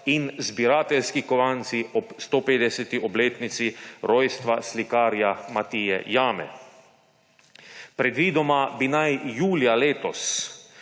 in zbirateljski kovanci ob 150. obletnici rojstva slikarja Matije Jame. Predvidoma bi naj julija letos